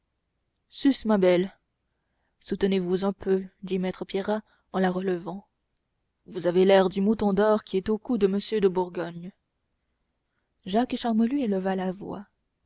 sus ma belle soutenez vous un peu dit maître pierrat en la relevant vous avez l'air du mouton d'or qui est au cou de monsieur de bourgogne jacques charmolue éleva la voix